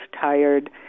tired